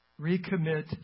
Recommit